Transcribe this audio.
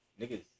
niggas